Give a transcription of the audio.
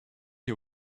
you